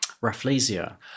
Rafflesia